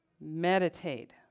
Meditate